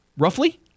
Roughly